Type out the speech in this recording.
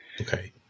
Okay